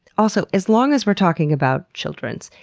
also, as long as we're talking about children,